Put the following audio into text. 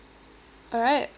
alright